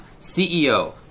CEO